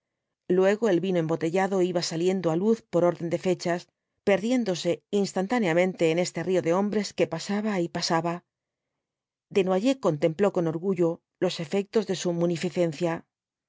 luego el vino embotellado iba saliendo á luz por orden de fechas perdiéndose instantáneamente en este río de hombres que pasaba y pasaba desnoyers contempló con orguiio les efectos de su munificencia